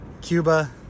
Cuba